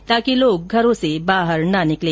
ताकि लोग घरों से बाहर न निकले